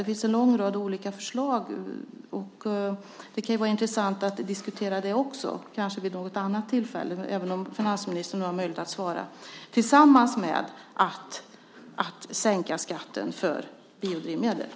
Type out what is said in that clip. Det finns en lång rad olika förslag. Det kan vara intressant att diskutera dem också, kanske vid något annat tillfälle, även om finansministern nu har möjlighet att svara, tillsammans med förslag om att sänka skatten för biodrivmedel.